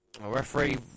referee